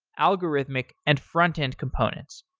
algorithmic, and front end component.